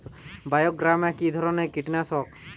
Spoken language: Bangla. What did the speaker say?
বায়োগ্রামা কিধরনের কীটনাশক?